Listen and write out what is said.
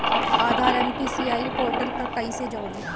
आधार NPCI portal पर कईसे जोड़ी?